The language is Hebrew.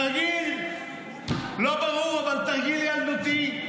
תרגיל לא ברור, אבל תרגיל ילדותי.